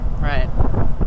Right